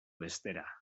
bestera